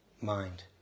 mind